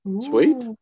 Sweet